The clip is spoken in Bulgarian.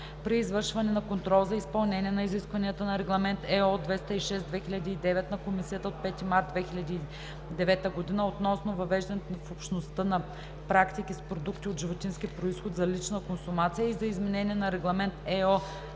При извършване на контрол за изпълнение на изискванията на Регламент (ЕО) № 206/2009 на Комисията от 5 март 2009 г. относно въвеждането в Общността на пратки с продукти от животински произход за лична консумация и за изменение на Регламент (ЕО) № 136/2004